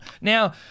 Now